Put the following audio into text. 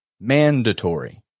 Mandatory